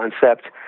concept